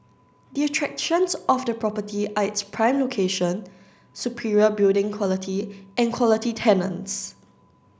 the attractions of the property are its prime location superior building quality and quality tenants